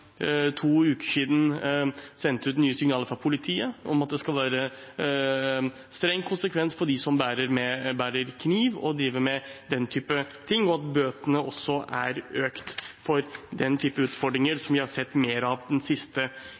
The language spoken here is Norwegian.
to uker siden sendt ut nye signaler fra politiet om at det skal få en streng konsekvens for dem som bærer kniv, driver med den typen ting, og at også bøtene er økt for den typen utfordringer som vi har sett mer av den siste